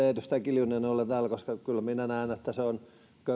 edustaja kiljunen ole täällä että se on köyhän ja